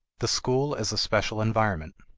the school as a special environment.